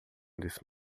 disse